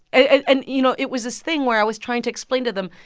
and, you know, it was this thing where i was trying to explain to them,